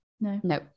no